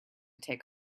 take